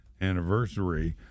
anniversary